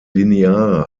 lineare